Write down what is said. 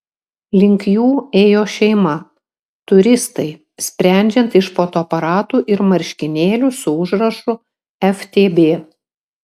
link jų ėjo šeima turistai sprendžiant iš fotoaparatų ir marškinėlių su užrašu ftb